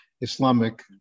Islamic